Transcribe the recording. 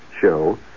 show